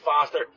faster